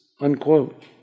Unquote